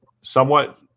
somewhat